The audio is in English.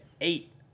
eight